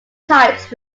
types